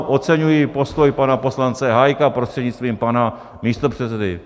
Oceňuji postoj pana poslance Hájka prostřednictvím pana místopředsedy.